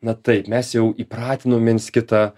na taip mes jau įpratinom viens kitą